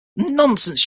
nonsense